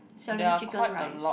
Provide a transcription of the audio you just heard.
selling chicken rice